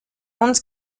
uns